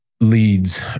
leads